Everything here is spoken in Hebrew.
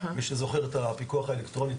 מי שזוכר את הפיקוח האלקטרוני,